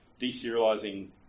deserializing